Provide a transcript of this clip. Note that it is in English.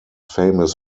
famous